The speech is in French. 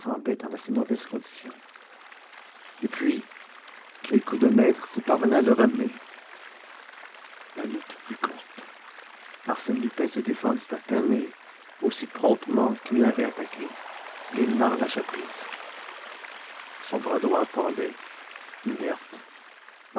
semblait en assez mauvaise condition et puis quel coup de maître s'il parvenait à le ramener la lutte fut courte arsène lupin se défendit à peine et aussi promptement qu'il avait attaqué ganimard lâcha prise son bras droit pendait inerte